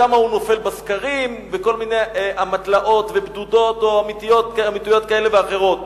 כמה הוא נופל בסקרים וכל מיני אמתלות ובדותות או אמיתות כאלה ואחרות,